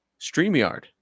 StreamYard